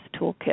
toolkit